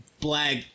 black